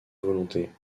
volontés